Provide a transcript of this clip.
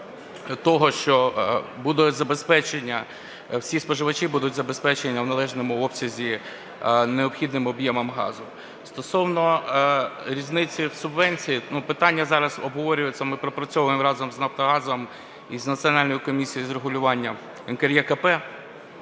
всі споживачі будуть забезпечені в належному обсязі необхідними об'ємом газу. Стосовно різниці в субвенції. Питання зараз обговорюється, ми пропрацьовуємо разом з Нафтогазом і з Національною комісією з регулювання (НКРЕКП)